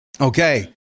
Okay